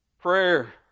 prayer